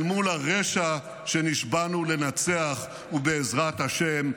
אל מול הרשע שנשבענו לנצח, ובעזרת השם,